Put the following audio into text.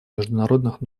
международных